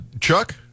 Chuck